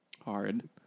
hard